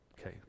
Okay